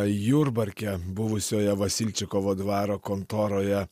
jurbarke buvusioje vasilčikovo dvaro kontoroje